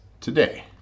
today